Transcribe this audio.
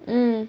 mm